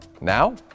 now